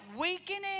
weakening